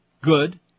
Good